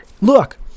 Look